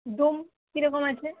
ডুম কী রকম আছে